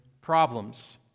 problems